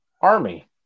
Army